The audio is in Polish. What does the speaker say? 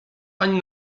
ani